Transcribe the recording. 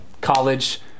college